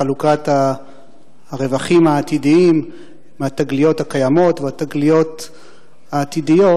חלוקת הרווחים העתידיים מהתגליות הקיימות והתגליות העתידיות,